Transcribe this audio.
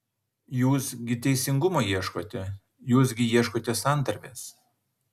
jūs gi teisingumo ieškote jūs gi ieškote santarvės